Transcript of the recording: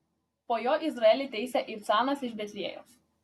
po jo izraelį teisė ibcanas iš betliejaus